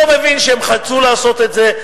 אני לא מבין, שהם רצו לעשות את זה.